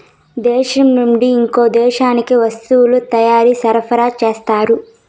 దేశం నుండి ఇంకో దేశానికి వస్తువుల తయారీ సరఫరా చేస్తారు